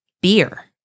beer